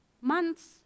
Months